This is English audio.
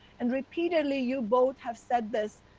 and repeatedly, you both have said this,